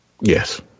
Yes